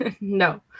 No